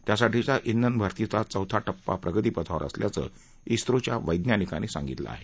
त्यासाठीच्या इंधनभरतीचा चौथा टप्पा प्रगती पथावर असल्याचं इस्रोच्या वैज्ञानिकांनी सांगितलं आहे